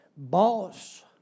boss